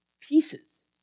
pieces